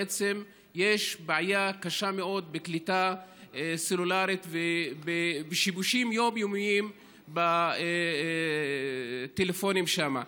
בעצם יש בעיה קשה מאוד בקליטה סלולרית ושיבושים יומיומיים בטלפונים שם.